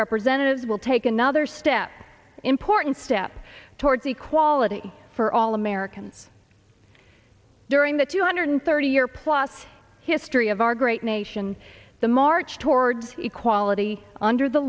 representatives will take another step important step towards equality for all americans during the two hundred thirty year plus history of our great nation the march towards equality under the